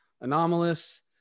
anomalous